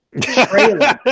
trailer